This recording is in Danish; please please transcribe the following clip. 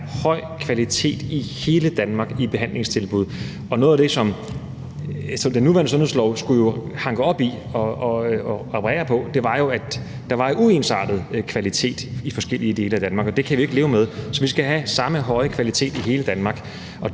at der er en høj kvalitet i behandlingstilbuddet i hele Danmark, og noget af det, som den nuværende sundhedslov skulle hanke op i og reparere på, var jo, at der var en uensartet kvalitet i forskellige dele af Danmark, og det kan vi jo ikke leve med. Vi skal have den samme høje kvalitet i hele Danmark